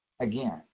again